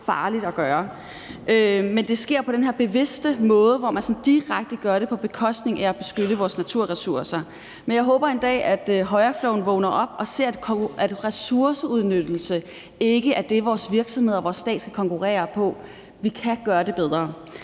farligt at gøre det. Men det sker på den her bevidste måde, hvor man direkte gør det på bekostning af beskyttelsen af vores naturressourcer. Jeg håber, at højrefløjen en dag vågner op og ser, at ressourceudnyttelse ikke er det, vores virksomheder og vores stat skal konkurrere på. Vi kan gøre det bedre.